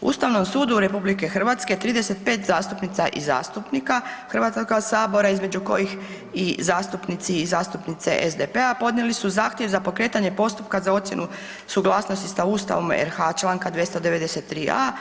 Ustavnom sudu RH 35 zastupnica i zastupnika Hrvatskoga sabora između kojih i zastupnici i zastupnice SDP-a podnijeli su zahtjev za pokretanje postupka za ocjenu suglasnosti sa Ustavom RH Članka 293a.